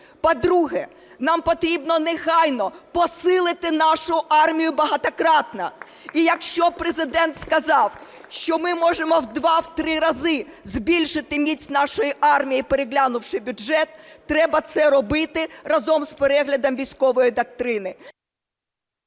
По-друге, нам потрібно негайно посилити нашу армію багатократно, і якщо Президент сказав, що ми можемо в два, в три рази збільшити міць нашої армії, переглянувши бюджет, треба це робити разом з переглядом військової доктрини.